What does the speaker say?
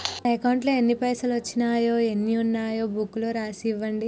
నా అకౌంట్లో ఎన్ని పైసలు వచ్చినాయో ఎన్ని ఉన్నాయో బుక్ లో రాసి ఇవ్వండి?